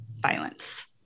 violence